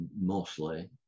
mostly